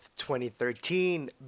2013